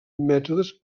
mètodes